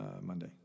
Monday